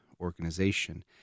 Organization